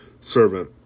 servant